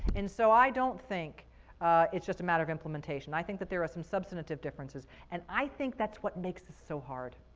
and so i don't think it's just a matter of implementation. i think that there are some substantive differences and i think that's what makes this so hard.